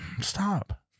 Stop